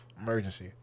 Emergency